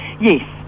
yes